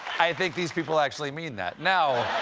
i think these people actually mean that. now,